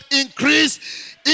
increase